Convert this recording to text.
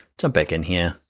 jump back in here,